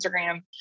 Instagram